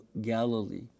Galilee